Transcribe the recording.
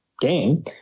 game